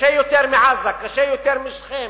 קשה יותר מבעזה, קשה יותר מבשכם,